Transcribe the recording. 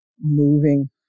moving